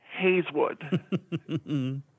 Hayeswood